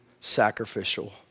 sacrificial